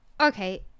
okay